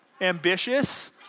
Ambitious